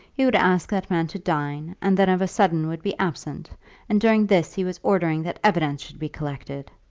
he would ask that man to dine, and then of a sudden would be absent and during this he was ordering that evidence should be collected!